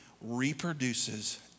reproduces